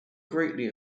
greatly